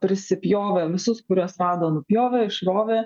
prisipjovė visus kuriuos rado nupjovė išrovė